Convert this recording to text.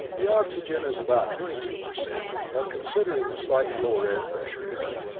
the oxygen is about twenty-two per cent, or considering the slightly lower air pressure here,